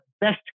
best